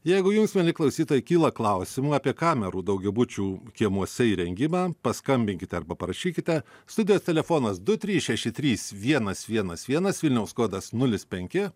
jeigu jums mieli klausytojai kyla klausimų apie kamerų daugiabučių kiemuose įrengimą paskambinkite arba parašykite studijos telefonas du trys šeši trys vienas vienas vienas vilniaus kodas nulis penki